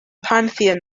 pantheon